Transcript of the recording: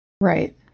Right